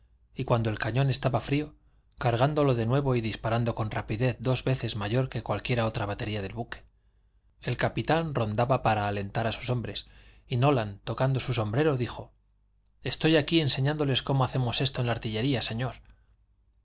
y cuando el cañón estaba frío cargándolo de nuevo y disparando con rapidez dos veces mayor que cualquiera otra batería del buque el capitán rondaba para alentar a sus hombres y nolan tocando su sombrero dijo estoy aquí enseñándoles cómo hacemos esto en la artillería señor